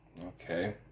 Okay